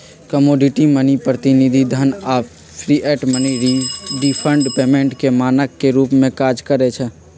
commodity money, प्रतिनिधि धन आऽ फिएट मनी डिफर्ड पेमेंट के मानक के रूप में काज करइ छै